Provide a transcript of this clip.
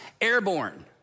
airborne